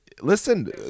listen